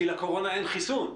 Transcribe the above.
כי לקורונה אין חיסון.